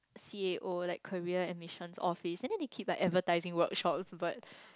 C A O like career admissions office and then they keep like advertising workshops but